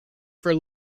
for